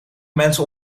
mensen